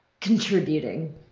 contributing